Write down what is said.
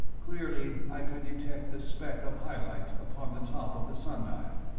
clearly i could detect the speck of high-light upon the top of the sun-dial.